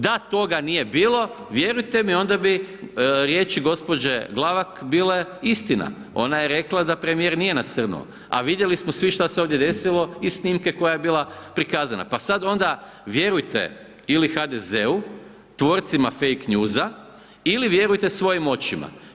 Da toga nije bilo, vjerujte mi, onda bi riječi gđe. Glavak bile istina, ona je rekla da premijer nije nasrnuo, a vidjeli smo svi šta se ovdje desilo i snimke koja je bila prikazana, pa sad onda vjerujte ili HDZ-u, tvorcima fejk njuza ili vjerujte svojim očima.